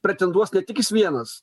pretenduos ne tik jis vienas